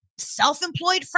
Self-employed